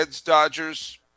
Dodgers